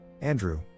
Andrew